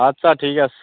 আচ্ছা ঠিক আছে